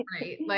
right